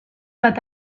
bat